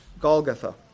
Golgotha